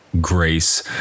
Grace